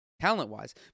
talent-wise